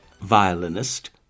violinist